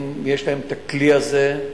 יש להם הכלי הזה.